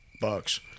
Bucks